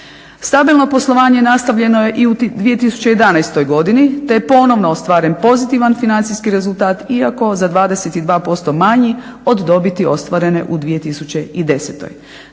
Stabilno poslovanje nastavljeno je i u 2011. godini te je ponovno ostvaren pozitivan financijskih rezultat iako za 22% manji od dobiti ostvarene u 2010. Do